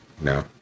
No